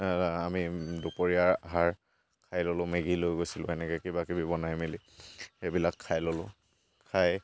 আমি দুপৰীয়াৰ আহাৰ খাই ল'লোঁ মেগী লৈ গৈছিলোঁ এনেকৈ কিবাকিবি বনাই মেলি সেইবিলাক খাই ল'লোঁ খাই